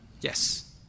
yes